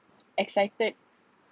excited